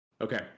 Okay